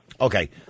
Okay